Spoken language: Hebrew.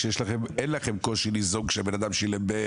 כשאין לכם קושי ליזום כשבן האדם שילם פחות?